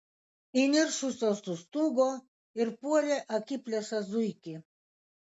įniršusios sustūgo ir puolė akiplėšą zuikį